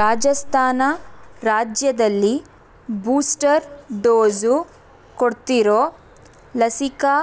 ರಾಜಸ್ಥಾನ ರಾಜ್ಯದಲ್ಲಿ booster dose ಕೊಡ್ತಿರೋ ಲಸಿಕಾ